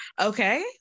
Okay